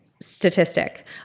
statistic